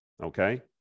Okay